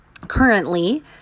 currently